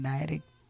Direct